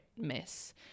mess